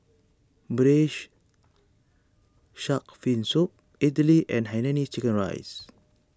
Braised Shark Fin Soup Idly and Hainanese Chicken Rice